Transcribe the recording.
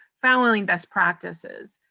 following best practices,